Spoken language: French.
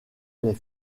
les